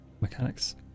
mechanics